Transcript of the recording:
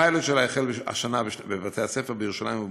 ופיילוט שלה החל השנה בבתי-הספר בירושלים ובמודיעין,